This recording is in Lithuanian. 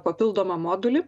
papildomą modulį